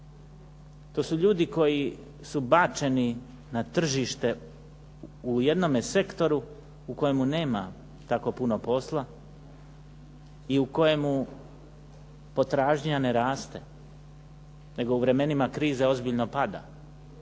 To su ljudi koji su bačeni na tržište u jednome sektoru u kojemu nema tako puno posla i u kojemu potražnja ne raste, nego u vremenima krize ozbiljno pada.